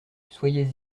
soyez